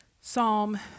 Psalm